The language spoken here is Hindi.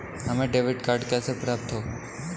हमें डेबिट कार्ड कैसे प्राप्त होगा?